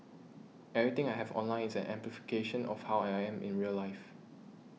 everything I have online is an amplification of how I am in real life